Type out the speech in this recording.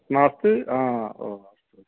नास्ति ओ ओ